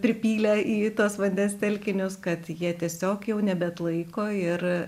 pripylę į tuos vandens telkinius kad jie tiesiog jau nebeatlaiko ir